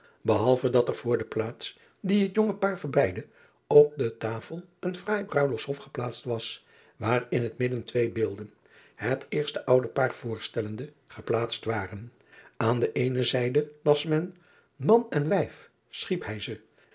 behalve dat er voor de plaats die het jonge paar verbeidde op de tasel een fraai ruidshof geplaatst was waar in het midden twee beelden het eerste ouderpaar voorstellende geplaatst waren aan de eene zijde las men an en wijf schiep hij ze